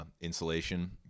insulation